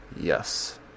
yes